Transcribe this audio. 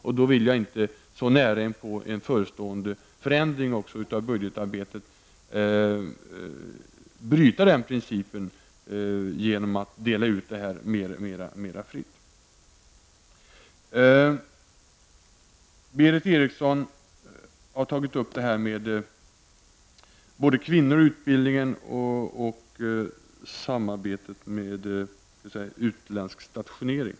Jag vill inte så nära inpå en förestående förändring av budgetarbetet bryta principen genom att dela ut pengar mer allmänt. Berith Eriksson har tagit upp frågorna om kvinnorna, utbildningen och utländsk stationering.